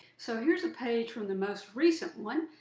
so here's a page from the most recent one.